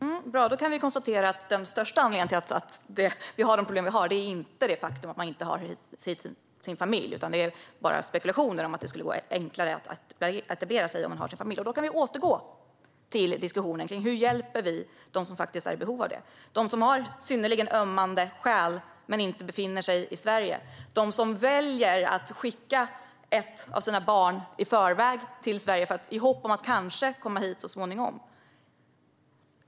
Herr talman! Bra, då kan vi konstatera att den största anledningen till att vi har de problem vi har inte är det faktum att man inte har sin familj och att det bara är spekulationer att det skulle vara enklare att etablera sig om man har sin familj. Då kan vi återgå till diskussionen om hur vi hjälper dem som är i behov av det, dem som har synnerligen ömmande skäl men inte befinner sig i Sverige, dem som väljer att skicka ett av sina barn i förväg till Sverige i hopp om att kanske komma hit så småningom.